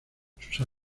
sus